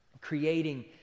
creating